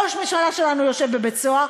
שראש ממשלה שלנו יושב בבית-סוהר,